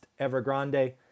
Evergrande